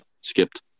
skipped